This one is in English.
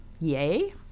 Yay